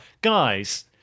guys